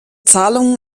zahlungen